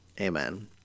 Amen